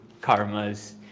karmas